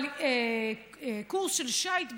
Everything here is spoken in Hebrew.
אבל קורס של שיט בטכניון,